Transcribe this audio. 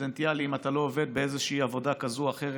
סטודנטיאלי אם אתה לא עובד בעבודה כזאת או אחרת,